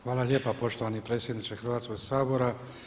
Hvala lijepa poštovani predsjedniče Hrvatskoga sabora.